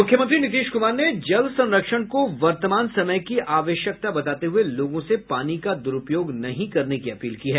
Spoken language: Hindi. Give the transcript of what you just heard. मुख्यमंत्री नीतीश कुमार ने जल संरक्षण को वर्तमान समय की आवश्यकता बताते हुए लोगों से पानी का दुरूपयोग नहीं करने की अपील की है